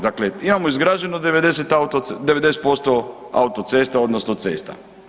Dakle, imamo izgrađeno 90% autocesta odnosno cesta.